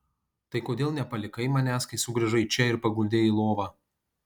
tai kodėl nepalikai manęs kai sugrįžai čia ir paguldei į lovą